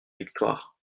victoire